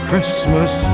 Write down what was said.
Christmas